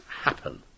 happen